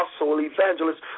evangelist